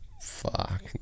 fuck